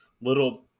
little